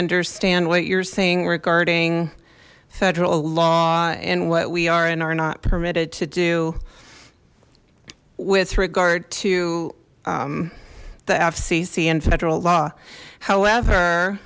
understand what you're seeing regarding federal law in what we are and are not permitted to do with regard to the fcc in federal law however